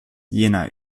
jena